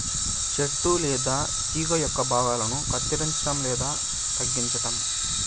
చెట్టు లేదా తీగ యొక్క భాగాలను కత్తిరించడం లేదా తగ్గించటం